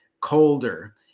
colder